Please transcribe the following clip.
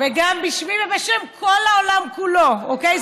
וגם בשמי, ובשם כל העולם כולו, אוקיי?